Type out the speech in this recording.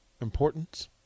importance